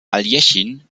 aljechin